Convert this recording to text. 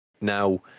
now